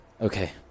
Okay